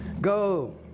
Go